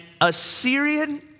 Assyrian